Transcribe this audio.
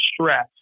stress